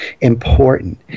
important